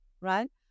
right